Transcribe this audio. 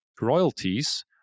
royalties